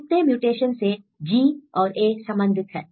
कितने म्यूटेशन से जी और ए संबंधित हैं